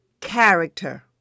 character